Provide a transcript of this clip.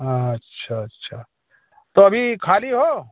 अच्छा आच्छा तो अभी ख़ाली हो